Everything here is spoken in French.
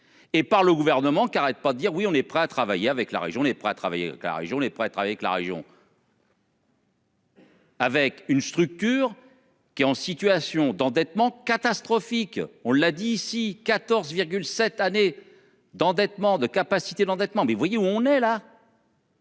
et par le gouvernement qui arrête pas dire oui, on est prêt à travailler avec la région n'est prêt à travailler car joue les prêtre avec la région. Avec une structure. Qui est en situation d'endettement catastrophique. On l'a dit ici 14 cette année d'endettement de capacité d'endettement mais vous voyez où on est là.